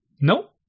No